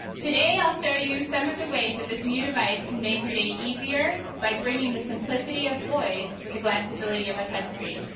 today, i'll show you some of the ways that this new device can make your day easier, by bringing the simplicity of voice with the glanceability of a touch screen.